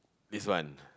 this one